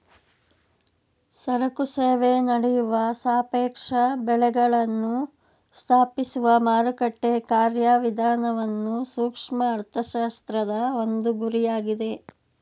ಸರಕು ಸೇವೆ ನಡೆಯುವ ಸಾಪೇಕ್ಷ ಬೆಳೆಗಳನ್ನು ಸ್ಥಾಪಿಸುವ ಮಾರುಕಟ್ಟೆ ಕಾರ್ಯವಿಧಾನವನ್ನು ಸೂಕ್ಷ್ಮ ಅರ್ಥಶಾಸ್ತ್ರದ ಒಂದು ಗುರಿಯಾಗಿದೆ